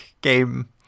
game